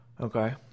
Okay